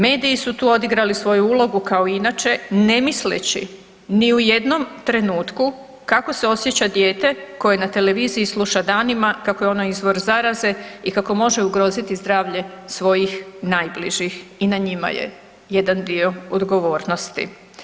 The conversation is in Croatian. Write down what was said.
Mediji su tu odigrali svoju ulogu kao inače, ne misleći ni u jednom trenutku kako se osjeća dijete koje na televiziji sluša danima kako je ono izvor zaraze i kako može ugroziti zdravlje svojih najbližih i na njima je jedan dio odgovornosti.